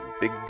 big